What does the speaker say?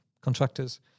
contractors